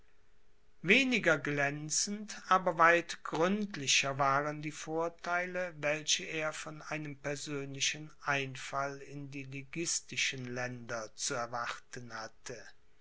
weniger glänzend aber weit gründlicher waren die vortheile welche er von einem persönlichen einfall in die liguistischen länder zu erwarten hatte